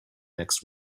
next